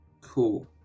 Cool